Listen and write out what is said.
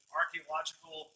archaeological